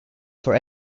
for